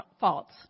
faults